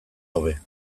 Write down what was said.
hobe